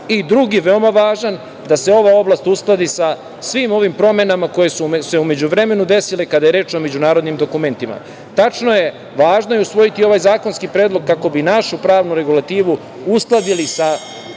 i drugi veoma važan da se ova oblast uskladi sa svim ovim promenama koje su se u međuvremenu desile kada je reč o međunarodnim dokumentima. Tačno je da je važno usvojiti ovaj zakonski predlog kako bi našu pravnu regulativu uskladili sa